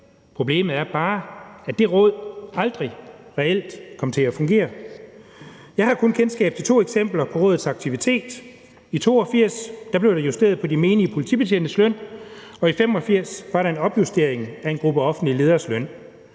Problemet er bare, at det råd aldrig reelt kom til at fungere. Jeg har kun kendskab til to eksempler på rådets aktivitet: I 1982 blev der justeret på de menige politibetjentes løn, og i 1985 var der en opjustering af en gruppe offentlige lederes løn.